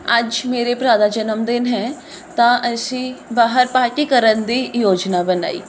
ਅੱਜ ਮੇਰੇ ਭਰਾ ਦਾ ਜਨਮ ਦਿਨ ਹੈ ਤਾਂ ਅਸੀਂ ਬਾਹਰ ਪਾਰਟੀ ਕਰਨ ਦੀ ਯੋਜਨਾ ਬਣਾਈ